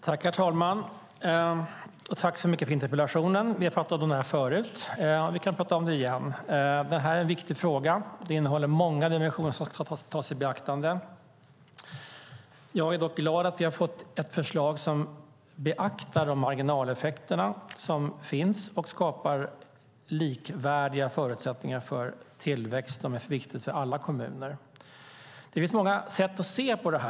Herr talman! Tack så mycket för interpellationen. Vi har talat om detta förut, och vi kan tala om det igen. Det är en viktig fråga. Den innehåller många dimensioner som ska tas i beaktande. Jag är dock glad att vi har fått ett förslag som beaktar de marginaleffekter som finns och skapar likvärdiga förutsättningar för tillväxt, något som är viktigt för alla kommuner. Det finns många sätt att se på detta.